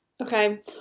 Okay